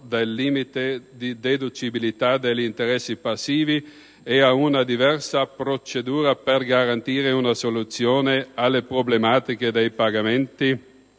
del limite di deducibilità degli interessi passivi e a una diversa procedura per garantire una soluzione alle problematiche dei pagamenti